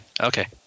okay